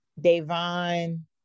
Devon